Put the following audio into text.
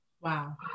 Wow